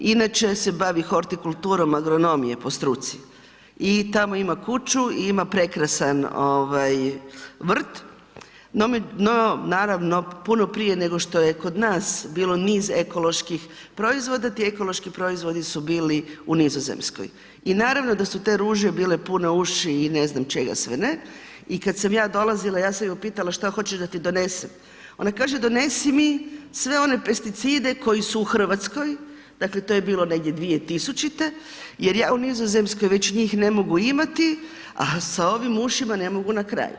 Inače se bavi hortikulturom, agronom je po struci i tamo kuću i ima prekrasan vrt no naravno puno prije nego što je kod nas bilo niz ekoloških proizvoda, ti ekološko proizvodi su bili u Nizozemskoj i naravno da su te ruže bile pune uši i ne znam čega sve ne i kad sam ja dolazila, ja sam ju pitala šta hoćeš da ti donesem, ona kaže donesi mi sve one pesticide koji su u Hrvatskoj, dakle to je bilo negdje 2000.-te jer ja u Nizozemskoj već njih ne mogu imati a sa ovim ušima ne mogu na kraj.